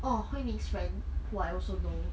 oh hui min's who I also know